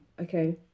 Okay